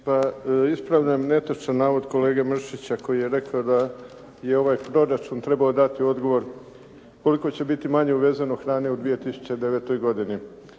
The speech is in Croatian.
pa ispravljam netočan navod kolege Mršića koji je rekao da je ovaj proračun trebao dati odgovor koliko će biti manje uvezeno hrane u 2009. godini.